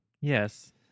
Yes